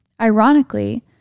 Ironically